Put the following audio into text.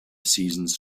seasons